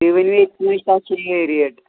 تُہۍ ؤنِو یہے ریٹ